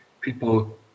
people